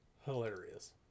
hilarious